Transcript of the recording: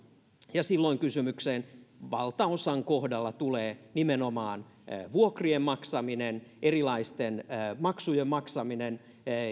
ja silloin kysymykseen valtaosan kohdalla tulee nimenomaan vuokrien maksaminen erilaisten maksujen maksaminen